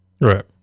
Right